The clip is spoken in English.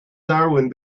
darwin